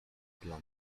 dla